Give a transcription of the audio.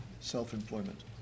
self-employment